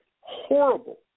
horrible